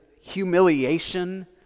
humiliation